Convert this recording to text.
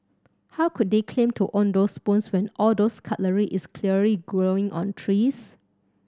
how could they claim to own those spoons when all those cutlery is clearly growing on trees